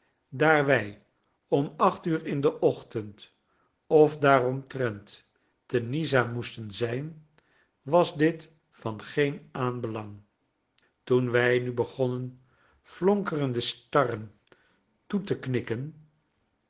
wij om acht uur in den ochtend of daaromtrent te nizza moesten zijn was dit van geen aanbelang toen wij nu begonnen flonkerende starrentoe te knikken